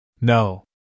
No